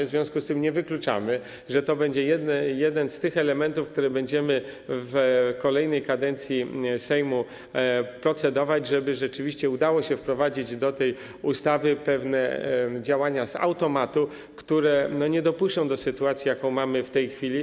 W związku z tym nie wykluczamy, że to będzie jeden z tych elementów, nad którymi będziemy w kolejnej kadencji Sejmu prodecować, żeby rzeczywiście udało się wprowadzić do tej ustawy pewne działania z automatu, żeby nie dopuścić do takiej sytuacji, jaką mamy w tej chwili.